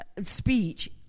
speech